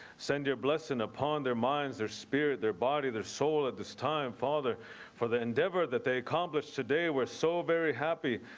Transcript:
send your blessing upon their minds, their spirit, their body, their soul at this time father for the endeavor that they accomplish today were so very happy.